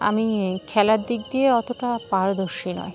আমি খেলার দিক দিয়ে অতটা পারদর্শী নয়